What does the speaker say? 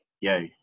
yo